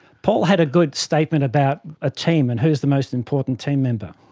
paul had a good statement about a team and who is the most important team member.